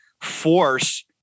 force